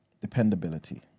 dependability